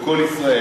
ב"קול ישראל"?